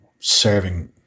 serving